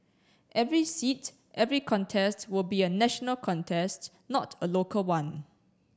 every seats every contest will be a national contest not a local one